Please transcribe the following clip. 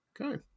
Okay